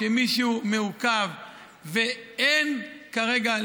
שמישהו מעוכב ואין כרגע,